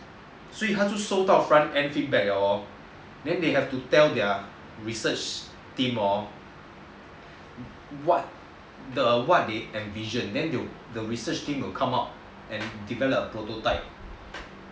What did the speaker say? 所以他就收到 front end feedback liao hor then they have to tell their research team hor what they envision then the research team will come out and develop a prototype